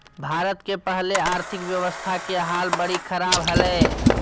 भारत के पहले आर्थिक व्यवस्था के हाल बरी ख़राब हले